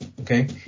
Okay